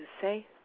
say